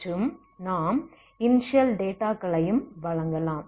மற்றும் நாம் இனிஷியல் டேட்டாகளையும் வழங்கலாம்